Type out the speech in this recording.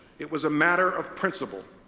it was a matter of principle.